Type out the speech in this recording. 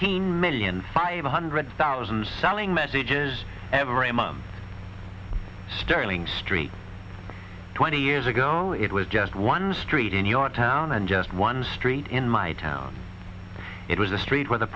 thirteen million five hundred thousand selling message every mom sterling street twenty years ago it was just one street in your town and just one street in my town it was the street where the